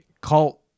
cult